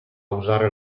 usare